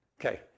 okay